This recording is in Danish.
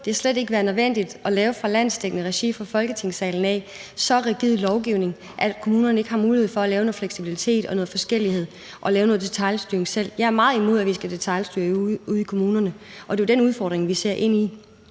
det slet ikke være nødvendigt her fra Folketingssalen i landsdækkende regi at lave så rigid en lovgivning, at kommunerne ikke har mulighed for at lave noget fleksibilitet og noget forskellighed og lave noget detailstyring selv. Jeg er meget imod, at vi skal detailstyre ude i kommunerne, og det er jo den udfordring, vi ser ind i.